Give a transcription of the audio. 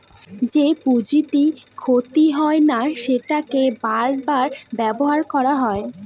যেই পুঁজিটি ক্ষতি হয় না সেটাকে বার বার ব্যবহার করা হয়